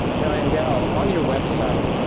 now, andel, on your website,